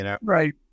Right